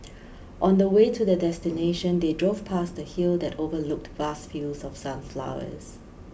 on the way to their destination they drove past a hill that overlooked vast fields of sunflowers